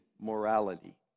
morality